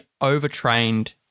overtrained